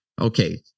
Okay